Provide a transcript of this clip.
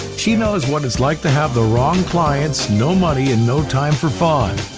she knows what it's like to have the wrong clients, no money and no time for fun.